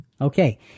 Okay